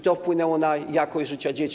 To wpłynęło na jakość życia dzieci.